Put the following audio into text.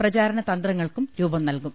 പ്രചാരണ തന്ത്രങ്ങൾക്കും രൂപം നൽകും